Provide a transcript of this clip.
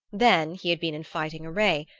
then he had been in fighting array,